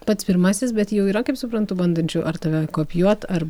pats pirmasis bet jau yra kaip suprantu bandančių ar tave kopijuot ar